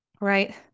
Right